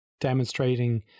demonstrating